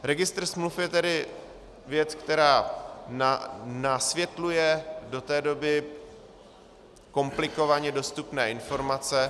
Registr smluv je tedy věc, která nasvětluje do té doby komplikovaně dostupné informace.